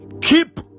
Keep